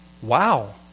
Wow